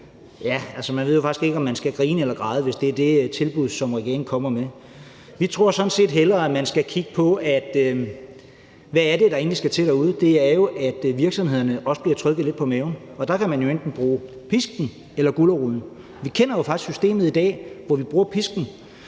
Man ved faktisk ikke, om man skal grine eller græde, hvis det er det tilbud, som regeringen kommer med. Vi tror sådan set hellere, at man skal kigge på, hvad der egentlig skal til derude. Det er jo, at virksomhederne også bliver trykket lidt på maven. Der kan man jo bruge enten pisken eller guleroden. Vi kender jo faktisk systemet i dag, hvor vi bruger pisken,